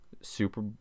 super